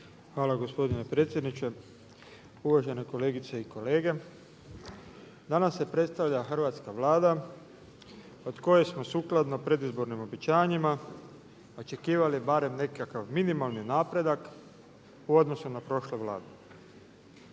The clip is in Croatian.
Hvala gospodine predsjedniče, uvažene kolegice i kolege. Danas se predstavlja hrvatska Vlada od koje smo sukladno predizbornim obećanjima očekivali barem nekakav minimalni napredak u odnosu na prošlu Vladu.